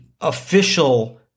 official –